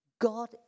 God